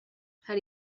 how